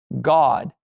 God